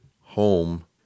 home